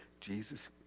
Jesus